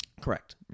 Correct